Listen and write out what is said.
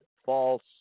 false